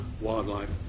wildlife